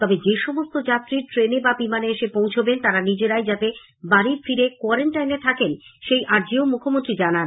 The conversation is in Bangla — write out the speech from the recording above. তবে যেসমস্ত যাত্রী ট্রেনে বা বিমানে এসে পৌঁছবেন তারা নিজেরাই যাতে বাড়ি ফিরে কোয়ারান্টাইনে থাকেন সেই আর্জিও তিনি জানান